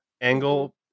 angle